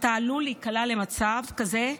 אתה עלול להיקלע למצב כזה,